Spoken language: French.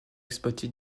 exploité